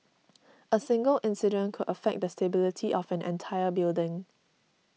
a single incident could affect the stability of an entire building